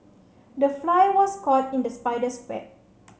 the fly was caught in the spider's web